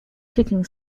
kicking